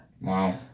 Wow